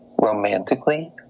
romantically